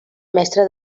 mestre